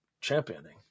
championing